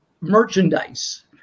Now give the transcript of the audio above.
merchandise